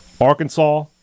Arkansas